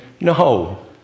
No